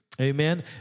amen